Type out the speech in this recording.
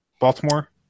Baltimore